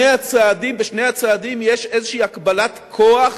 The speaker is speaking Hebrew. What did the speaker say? בשני הצעדים יש איזו הגבלת כוח